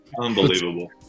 Unbelievable